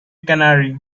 canary